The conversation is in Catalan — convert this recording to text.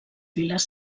viles